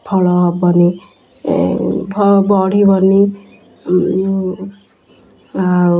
ଫଳ ହବନି ବଢ଼ିବନି ଆଉ